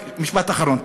רק משפט אחרון.